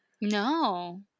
No